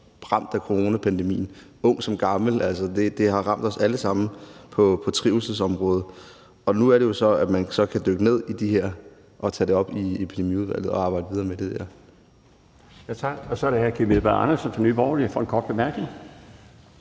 ramt af coronapandemien, ung som gammel, altså, det har ramt os alle sammen på trivselsområdet. Nu er det jo så, at man kan dykke ned i det her og tage det op i Epidemiudvalget og arbejde videre med det der.